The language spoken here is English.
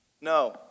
No